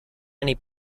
many